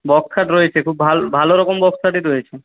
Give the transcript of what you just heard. box খাট রয়েছে খুব ভালো রকম বক্স খাটই রয়েছে